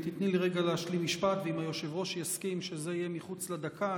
אם תיתני לי רגע להשלים משפט ואם היושב-ראש יסכים שזה יהיה מחוץ לדקה,